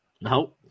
No